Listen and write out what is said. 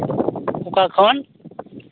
ᱚᱠᱟ ᱠᱷᱚᱱ